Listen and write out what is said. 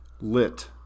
lit